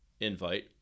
invite